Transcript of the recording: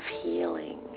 healing